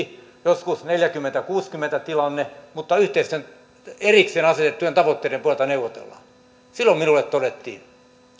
joskus neljäkymmentä viiva kuusikymmentä tilanne mutta erikseen asetettujen tavoitteiden pohjalta neuvotellaan silloin minulle todettiin